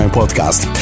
podcast